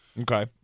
okay